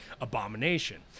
Abomination